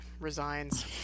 resigns